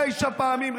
תשע פעמים,